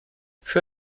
für